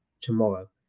tomorrow